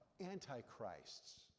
antichrists